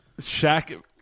Shaq